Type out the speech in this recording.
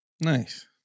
Nice